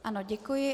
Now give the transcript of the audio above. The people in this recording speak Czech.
Ano, děkuji.